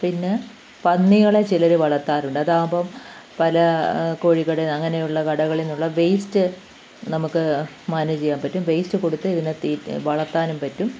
പിന്നെ പന്നികളെ ചിലർ വളത്താറുണ്ട് അതാകുമ്പം പല കോഴിക്കട അങ്ങനെയുള്ള കടകളിൽ നിന്നുള്ള വേസ്റ്റ് നമുക്ക് മാനേജ് ചെയ്യാൻ പറ്റും വേസ്റ്റ് കൊടുത്ത് ഇതിനെ തീറ്റി വളർത്താനും പറ്റും